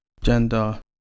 gender